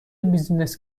بیزینس